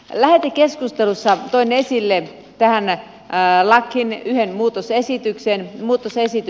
lähetekeskustelussa toin esille tähän lakiin yhden muutosesityksen